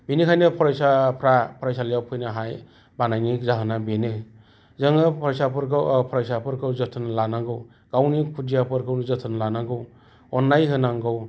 बेनिखायनो फरायसाफोरा फरायसालियाव फैनो हायै मानायनि जाहोना बेनो जोङो फरायसाफोरखौ जोथोन लानांगौ गावनि खुदियाफोरखौ जोथोन लानांगौ अननाय होनांगौ